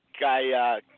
guy